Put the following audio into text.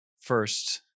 first